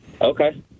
Okay